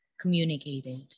communicated